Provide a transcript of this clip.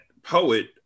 poet